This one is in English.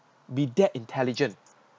be that intelligent